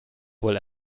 wohl